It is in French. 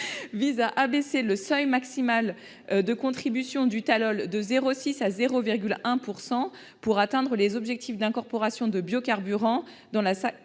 vise à abaisser le seuil maximal de contribution du tallol de 0,6 % à 0,1 % pour atteindre les objectifs d'incorporation des biocarburants dans la